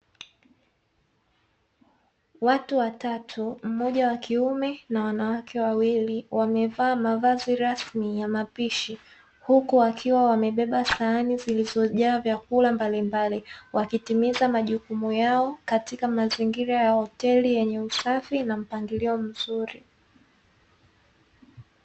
Watu watatu mmoja wakiume na wanawake wawili wamevaa mavazi rasmi ya mapishi huku wakiwa wamebeba sahani zilizojaa vyakula mbalimbali, wakitimiza majukumu yao katika mazingira ya hoteli yenye usafi na mpangilio mzuri.